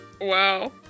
Wow